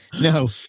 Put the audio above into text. No